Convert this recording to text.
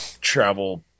travel